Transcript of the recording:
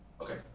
Okay